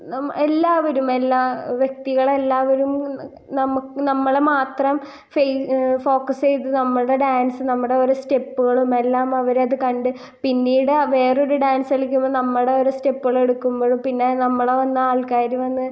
നമ് എല്ലാവരും എല്ലാ വ്യക്തികളെല്ലാവരും നമുക്ക് നമ്മളെ മാത്രം ഫേയ് ഫോക്കസ് ചെയ്ത് നമ്മുടെ ഡാൻസ് നമ്മുടെ ഓരോ സ്റ്റെപ്പുകളും എല്ലാം അവരത് കണ്ട് പിന്നീട് വേറൊരു ഡാൻസ് കളിക്കുമ്പോൾ നമ്മുടെ ഓരോ സ്റ്റെപ്പുകളെടുക്കുമ്പഴും പിന്നെ നമ്മളെ വന്ന് ആൾക്കാര് വന്ന്